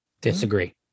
Disagree